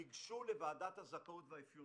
ניגשו לוועדת הזכאות והאפיון.